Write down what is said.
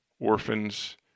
orphans